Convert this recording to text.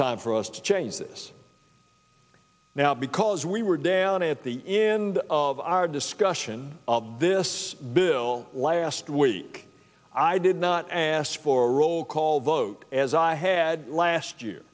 time for us to change this now because we were down at the end of our discussion of this bill last week i did not ask for a roll call vote as i had last year